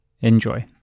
Enjoy